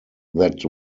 that